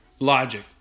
logic